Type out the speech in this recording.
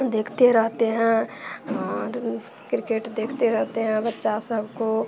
देखते रहते हैं आदमी क्रिकेट देखते रहते हैं बच्चा सबको